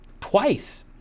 twice